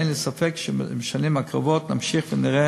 אין לי ספק שבשנים הקרובות נמשיך ונראה